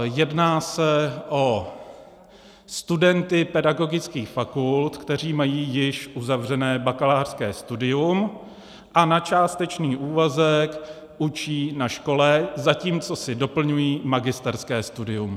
Jedná se o studenty pedagogických fakult, kteří mají již uzavřené bakalářské studium a na částečný úvazek učí na škole, zatímco si doplňují magisterské studium.